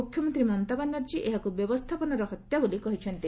ମୁଖ୍ୟମନ୍ତ୍ରୀ ମମତା ବାନାର୍ଜୀ ଏହାକୁ ବ୍ୟବସ୍ଥାପକର ହତ୍ୟା ବୋଲି କହିଚ୍ଛନ୍ତି